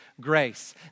grace